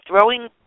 Throwing